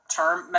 term